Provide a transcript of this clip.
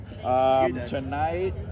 Tonight